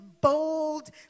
bold